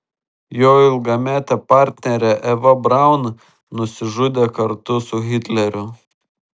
jo ilgametė partnerė eva braun nusižudė kartu su hitleriu